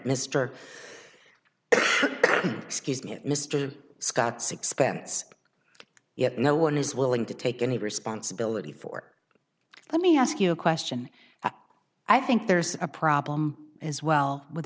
mister excuse me mr scott's expense yet no one is willing to take any responsibility for let me ask you a question that i think there's a problem as well with